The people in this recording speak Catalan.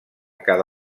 cada